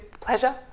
pleasure